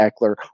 Eckler